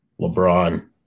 LeBron